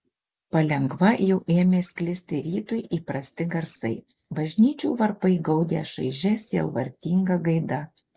palengva jau ėmė sklisti rytui įprasti garsai bažnyčių varpai gaudė šaižia sielvartinga gaida